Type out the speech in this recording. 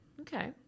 Okay